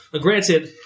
Granted